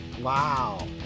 Wow